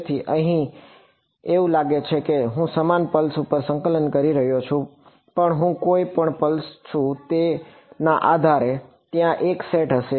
તેથી અહીં એવું લાગે છે કે હું સમાન પલ્સ પર સંકલન કરી રહ્યો છું પણ હું કઈ પલ્સ છું તેના આધારે ત્યાં એક સેટ હશે